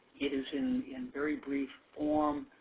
it is in in very brief form.